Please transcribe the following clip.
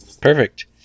perfect